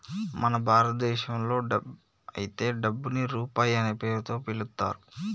మన భారతదేశంలో అయితే డబ్బుని రూపాయి అనే పేరుతో పిలుత్తారు